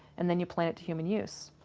and then you plant it to human use.